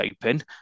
open